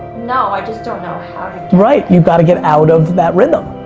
no, i just don't know how to right, you've got to get out of that rhythm.